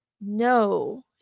No